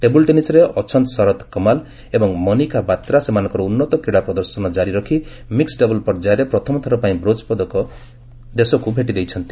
table ଟେନିସ୍ରେ ଅଛନ୍ତ ଶରଥ କମଲ ଏବଂ ମନିକା ବାତ୍ରା ସେମାନଙ୍କର ଉନ୍ନତ କ୍ରୀଡା ପ୍ରଦର୍ଶନ ଜାରି ରଖି ମିକ୍ସ ଡବଲ ପର୍ଯ୍ୟାୟରେ ପ୍ରଥମ ଥର ପାଇଁ ବ୍ରୋଞ୍ଚ ପଦକ ଭେଟିଦେଇଛନ୍ତି